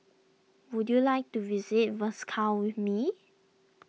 would you like to visit Moscow with me